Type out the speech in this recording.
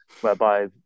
whereby